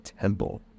temple